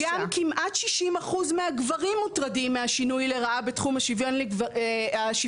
אגב גם כמעט 60% מהגברים מוטרדים מהשינוי לרעה בתחום השוויון המגדרי,